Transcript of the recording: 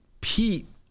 Pete